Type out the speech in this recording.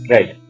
Right